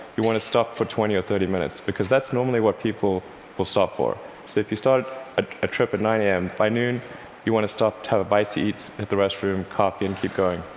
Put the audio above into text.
you want to stop for twenty or thirty minutes, because that's normally what people will stop for. so if you start ah a trip at nine a m, by noon you want to stop to have a bite to eat, hit the restroom, coffee, and keep going.